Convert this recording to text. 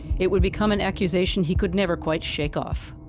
it would become an accusation he could never quite shake off.